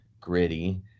gritty